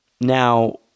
Now